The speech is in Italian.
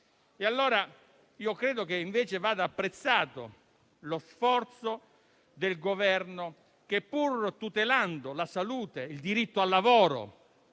e oltre. Credo che invece vada apprezzato lo sforzo del Governo che, pur tutelando la salute ed il diritto al lavoro,